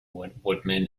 woodman